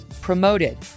Promoted